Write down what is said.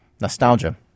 Nostalgia